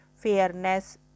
fairness